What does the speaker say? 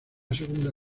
segunda